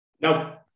No